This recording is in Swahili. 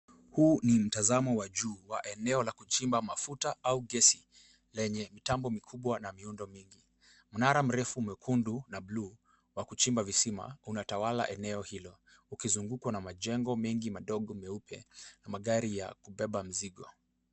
Huu ni mtazamo wa juu wa eneo la kuchimba mafuta au gesi , lenye mitambo mikubwa na miundo mingi. Mnara mrefu mwekundu na buluu wa kuchimba visima unatawala eneo hilo, ukizungukwa na majengo mengi madogo meupe na magari ya kubeba mizigo.